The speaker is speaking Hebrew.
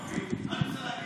מה אני רוצה להגיד?